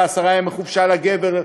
ועשרה ימי חופשה לגבר,